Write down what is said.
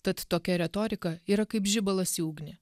tad tokia retorika yra kaip žibalas į ugnį